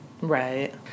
Right